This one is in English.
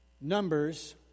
Numbers